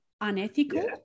unethical